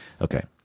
Okay